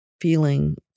feeling